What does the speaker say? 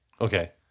Okay